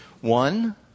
one